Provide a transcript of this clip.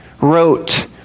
wrote